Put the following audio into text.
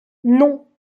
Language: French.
non